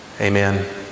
Amen